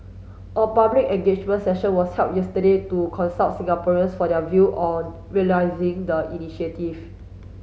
a public engagement session was held yesterday to consult Singaporeans for their view on realising the initiative